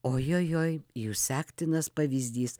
ojojoi jūs sektinas pavyzdys